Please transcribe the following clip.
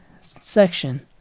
section